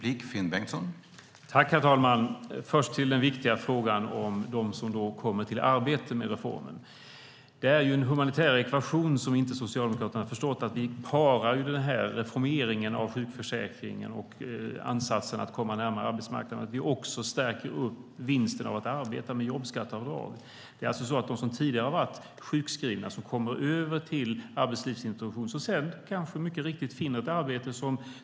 Herr talman! Först till den viktiga frågan om dem som kommer till arbete med reformen. Det är en humanitär ekvation som Socialdemokraterna inte har förstått att vi parar reformeringen av sjukförsäkringen och ansatsen att komma närmare arbetsmarknaden med att vi också stärker vinsten av att arbeta med jobbskatteavdrag. De som tidigare har varit sjukskrivna kommer över till arbetslivsintroduktion och finner kanske sedan ett arbete.